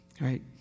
right